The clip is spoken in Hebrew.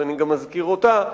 אז אני אזכיר גם אותה,